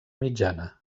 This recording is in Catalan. mitjana